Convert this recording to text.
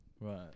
Right